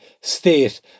state